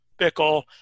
Bickle